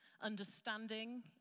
understanding